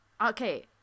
okay